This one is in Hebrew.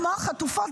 כמו החטופות,